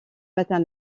matin